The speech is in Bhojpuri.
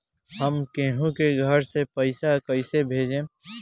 हम केहु के घर से पैसा कैइसे भेजम?